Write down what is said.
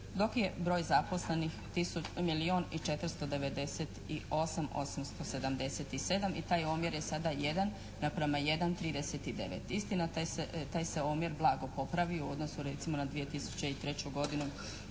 dok je broj zaposlenih milijun i 498,877 i taj omjer je sada 1:1,39. Istina taj se omjer blago popravio u odnosu recimo na 2003. godinu